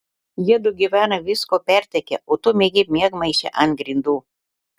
jiedu gyvena visko pertekę o tu miegi miegmaišy ant grindų